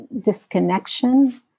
disconnection